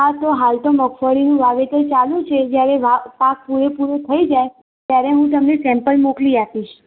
હા તો હાલ તો મગફળીનું વાવેતર ચાલું છે જયારે વા પાક પૂરેપૂરો થઈ જાય ત્યારે હું તમને સેમ્પલ મોકલી આપીશ